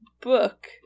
book